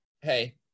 hey